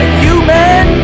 human